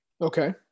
Okay